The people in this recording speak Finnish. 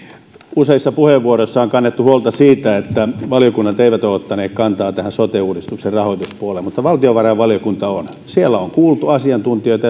useissa puheenvuoroissa on kannettu huolta siitä että valiokunnat eivät ole ottaneet kantaa tähän sote uudistuksen rahoituspuoleen mutta valtiovarainvaliokunta on siellä on kuultu asiantuntijoita